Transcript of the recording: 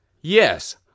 Yes